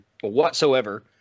whatsoever